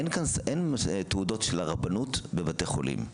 אין תעודות של הרבנות בבתי חולים,